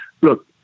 look